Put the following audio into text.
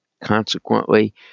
consequently